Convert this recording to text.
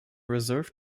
reserve